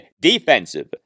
defensive